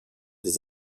des